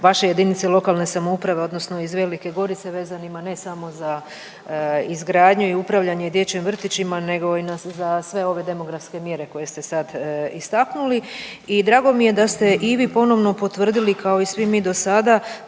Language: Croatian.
sada iznijeli iz vaše JLS odnosno iz Velike Gorice vezanima ne samo za izgradnju i upravljanje dječjim vrtićima nego i za sve ove demografske mjere koje ste sad istaknuli i drago mi je da ste i vi ponovno potvrdili, kao i svi mi dosada,